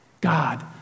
God